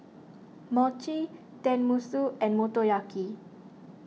Mochi Tenmusu and Motoyaki